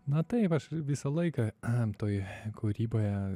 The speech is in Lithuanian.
na taip aš visą laiką toj kūryboje